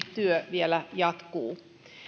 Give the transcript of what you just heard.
työ myöskin vielä jatkuu